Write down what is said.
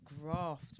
graft